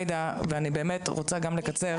ואני באמת רוצה לקצר.